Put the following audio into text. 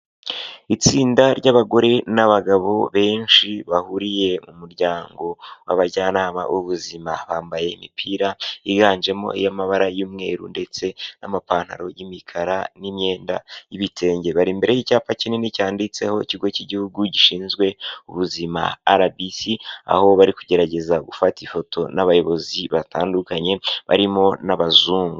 Itsinda ry'abagore n'abagabo benshi bahuriye mu muryango w'abajyanama b'ubuzima. Bambaye imipira yiganjemo iy'amabara y'umweru ndetse n'amapantaro y'imikara n'imyenda y'ibitenge. Bari imbere y'icyapa kinini cyanditseho Ikigo cy'Igihugu gishinzwe Ubuzima RBC. Aho bari kugerageza gufata ifoto n'abayobozi batandukanye barimo n'abazungu.